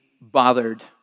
bothered